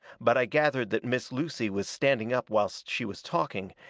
but i gathered that miss lucy was standing up whilst she was talking,